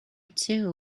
too